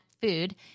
food